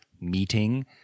meeting